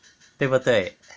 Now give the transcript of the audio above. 对不对